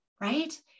right